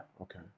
Okay